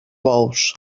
bous